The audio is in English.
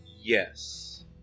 Yes